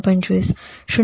25 0